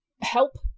help